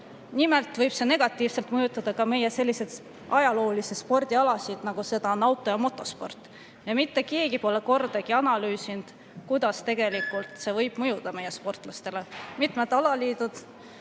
Nimelt võib see negatiivselt mõjutada ka meie sellist ajaloolist spordiala, nagu seda on motosport. Mitte keegi pole kordagi analüüsinud, kuidas see võib mõjuda meie sportlastele. Mitmete alaliitude